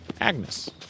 Agnes